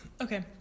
Okay